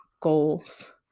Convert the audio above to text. goals